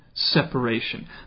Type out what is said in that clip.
separation